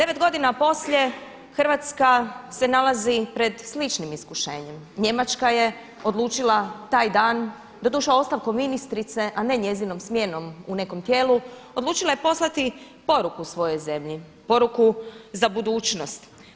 Devet godina poslije Hrvatska se nalazi pred sličnim iskušenjem, Njemačka je odlučila taj dan doduše ostavkom ministrice, a ne njezinom smjenom u nekom tijelu odlučila je poslati poruku svojoj zemlji, poruku za budućnost.